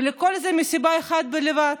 וכל זאת מסיבה אחת בלבד: